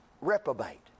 reprobate